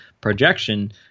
projection